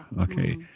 Okay